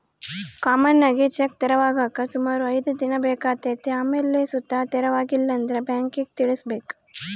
common ಆಗಿ check ತೆರವಾಗಾಕ ಸುಮಾರು ಐದ್ ದಿನ ಬೇಕಾತತೆ ಆಮೇಲ್ ಸುತ ತೆರವಾಗಿಲ್ಲಂದ್ರ ಬ್ಯಾಂಕಿಗ್ ತಿಳಿಸ್ಬಕು